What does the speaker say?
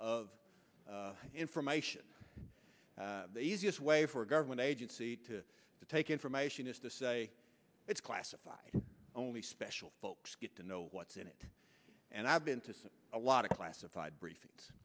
of information the easiest way for a government agency to take information is to say it's classified only special folks get to know what's in it and i've been to a lot of classified briefings